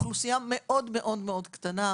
אוכלוסייה מאוד קטנה.